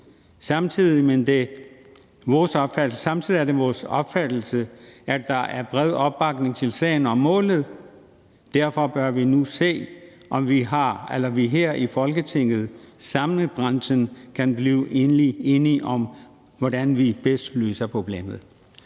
Samtidig er det vores opfattelse, at der er bred opbakning til sagen og målet, og derfor bør vi nu se, om vi her i Folketinget sammen med branchen kan blive enige om, hvordan vi bedst løser problemet.